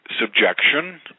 subjection